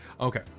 okay